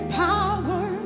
power